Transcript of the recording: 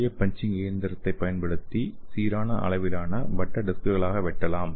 எளிய பன்சிங் இயந்திரத்தைப் பயன்படுத்தி சீரான அளவிலான வட்ட டிஸ்க்குகளாக வெட்டலாம்